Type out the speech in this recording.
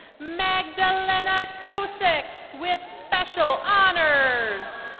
magdalena kossek, with special honors.